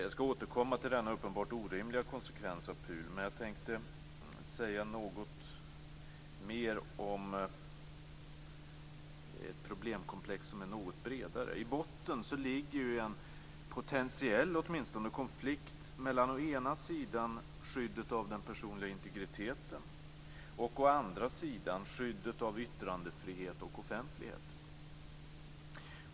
Jag skall återkomma till denna uppenbart orimliga konsekvens av PUL, men jag tänkte säga något mer om problemkomplexet i stort. I botten ligger en åtminstone potentiell konflikt mellan å ena sidan skyddet av den personliga integriteten och å andra sidan skyddet av yttrandefrihet och offentlighet.